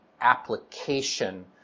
application